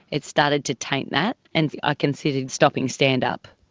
it started to taint that, and i considered stopping stand-up,